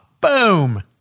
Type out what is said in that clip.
Boom